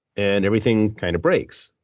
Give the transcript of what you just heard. and everything kind of breaks.